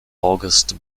august